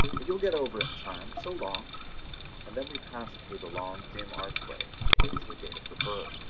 but you'll get over it in time! so long and then we passed through the long, dim archway and came to the gate of the burg.